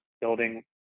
building